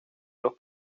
los